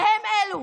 והם אלו,